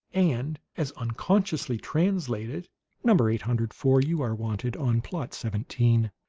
and as unconsciously translated number eight hundred four, you are wanted on plot seventeen.